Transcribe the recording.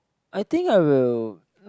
I think I will